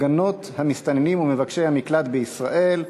2186 ו-2187 בנושא: הפגנות המסתננים ומבקשי המקלט בישראל.